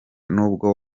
nubwo